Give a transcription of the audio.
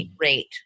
rate